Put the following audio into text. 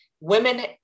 Women